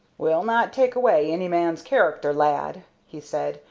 we'll not take away any man's character, lad, he said,